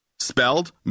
spelled